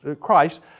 Christ